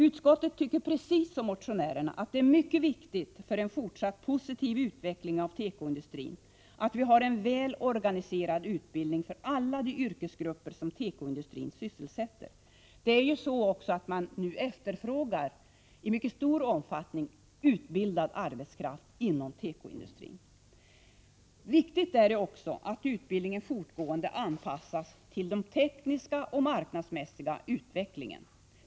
Utskottet tycker precis som motionärerna att det är mycket viktigt för en fortsatt positiv utveckling av tekoindustrin att vi har en väl organiserad utbildning för alla de yrkesgrupper som tekoindustrin sysselsätter. Man efterfrågar nu i mycket stor omfattning utbildad arbetskraft inom tekoindustrin. Viktigt är det också att utbildningen fortgående anpassas till den tekniska och marknadsmässiga utvecklingen.